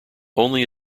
only